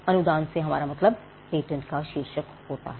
अनुदान से हमारा मतलब पेटेंट का शीर्षक होता है